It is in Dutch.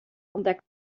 ontdekt